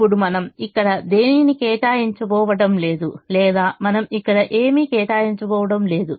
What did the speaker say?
ఇప్పుడు మనం ఇక్కడ దేనినీ కేటాయించబోవడం లేదు లేదా మనం ఇక్కడ ఏమీ కేటాయించబోవడం లేదు